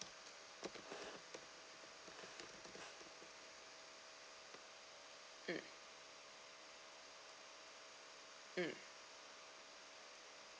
mm mm